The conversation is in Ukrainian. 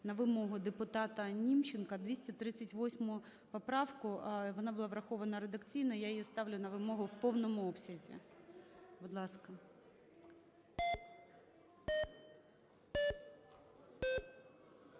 на вимогу депутатаНімченка, 238 поправку, вона була врахована редакційно, я її ставлю, на вимогу, в повному обсязі. Будь ласка.